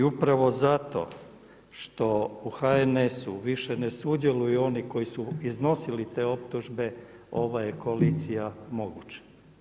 I upravo zato što u HNS-u više ne sudjeluju oni koji su iznosili te optužbe ova je koalicija moguća.